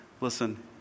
listen